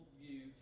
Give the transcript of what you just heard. view